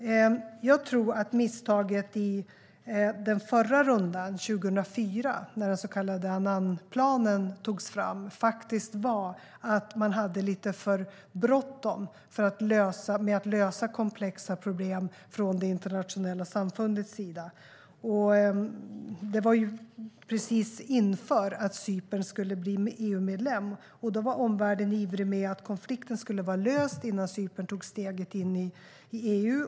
Jag tror att misstaget i den förra rundan, 2004, när den så kallade Annanplanen togs fram var att man hade lite för bråttom med att lösa komplexa problem från det internationella samfundets sida. Det var precis inför att Cypern skulle bli EU-medlem, och omvärlden var ivrig med att konflikten skulle vara löst innan Cypern tog steget in i EU.